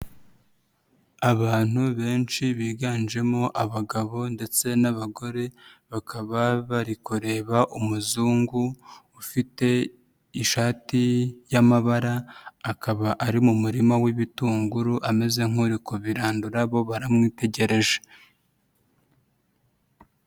Abantu benshi biganjemo abagabo ndetse n'abagore bakaba bari kureba umuzungu ufite ishati y'amabara, akaba ari mu murima w'ibitunguru ameze nk'uri kubirandura bo baramutegereje.